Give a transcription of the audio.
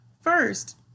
first